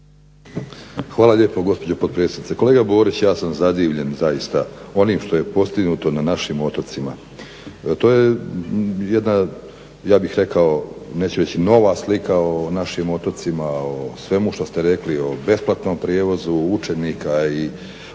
Hvala lijepo gospođo potpredsjednice. Kolega Borić, ja sam zadivljen zaista onim što je postignuto na našim otocima. To je jedna ja bih rekao, neću reći nova slika o našim otocima o svemu što ste rekli, o besplatnom prijevozu učenika i o linijama